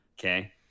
Okay